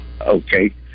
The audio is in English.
Okay